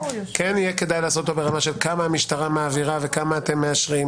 כן יהיה כדאי לעשות אותו ברמה של כמה המשטרה מעבירה וכמה אתם מאשרים.